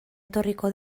etorriko